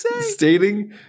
stating